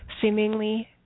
seemingly